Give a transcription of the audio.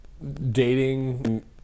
dating